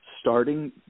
starting